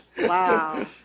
Wow